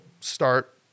start